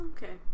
Okay